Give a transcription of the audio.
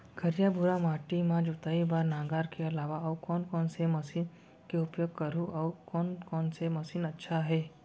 करिया, भुरवा माटी म जोताई बार नांगर के अलावा अऊ कोन से मशीन के उपयोग करहुं अऊ कोन कोन से मशीन अच्छा है?